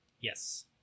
Yes